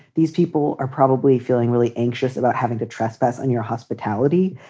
these people are probably feeling really anxious about having to trespass on your hospitality,